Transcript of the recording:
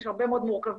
יש הרבה מאוד מורכבות,